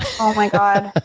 oh, my god.